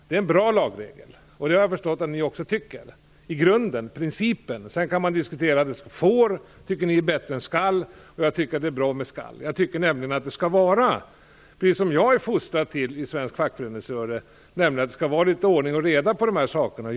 Det är en bra lagregel, och det har jag förstått att ni också tycker vad gäller grunden, själva principen. Sedan kan man diskutera om man som ni tycker att får är bättre än skall. Jag tycker det är bra med skall. Jag som är fostrad i svensk fackföreningsrörelse tycker nämligen att det skall vara litet ordning och reda när det gäller dessa saker.